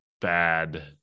bad